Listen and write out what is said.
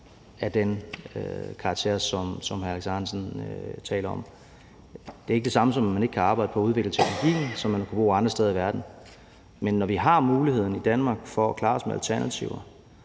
af den karakter, som hr. Alex Ahrendtsen taler om. Det er ikke det samme som, at man ikke kan arbejde på at udvikle teknologien, som man kan bruge andre steder i verden. Men når vi har muligheden i Danmark for at klare os med alternativer,